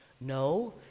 No